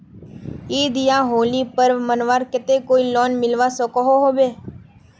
ईद या होली पर्व मनवार केते कोई लोन मिलवा सकोहो होबे?